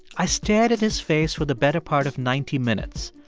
i stared at his face for the better part of ninety minutes.